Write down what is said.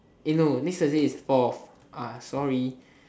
eh no next thursday is four ah sorry